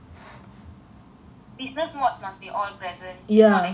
business modules must be all present is not exactly Zoom like that